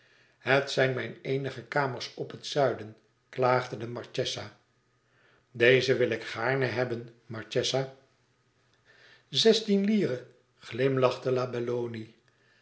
het zijn mijn eenige kamers nog op het zuiden klaagde de marchesa eze wil ik gaarne hebben marchesa zestien lire